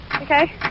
Okay